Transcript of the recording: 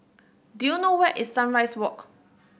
do you know where is Sunrise Walk